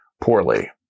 poorly